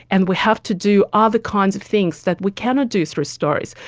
and we have to do other kinds of things that we cannot do through stories.